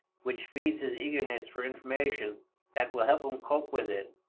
which feeds his eagerness for information that will help him cope with it,